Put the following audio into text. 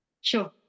Sure